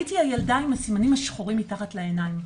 "..הייתי הילדה עם הסימנים השחורים מתחת לעיניים,